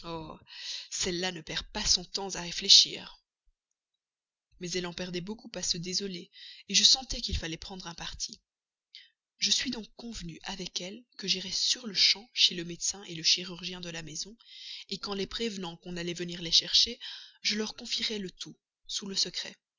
celle-là ne perd pas son temps à réfléchir mais elle en perdait beaucoup à se désoler je sentais qu'il fallait prendre un parti je suis donc convenu avec elle que j'irais sur-le-champ chez le médecin le chirurgien de la maison qu'en les prévenant qu'on allait venir les chercher je leur confierais le tout sous le secret